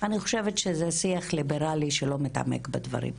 אני חושבת שזה שיח ליברלי שלא מתעמק בדברים.